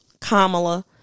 Kamala